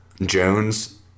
Jones